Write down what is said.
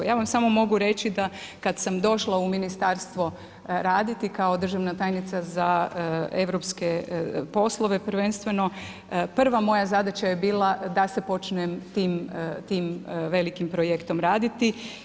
Ja vam samo mogu reći da kad sam došla u ministarstvo raditi kao državna tajnica za europske poslove prvenstveno, prva moja zadaća je bila da se počnem tim velikim projektom raditi.